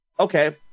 okay